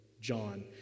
John